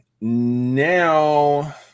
Now